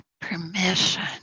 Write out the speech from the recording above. permission